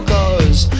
Cause